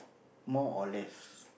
more or less